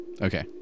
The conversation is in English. Okay